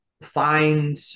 find